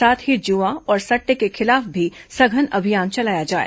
साथ ही जुआ और सटटे के खिलाफ भी सघन अभियान चलाया जाए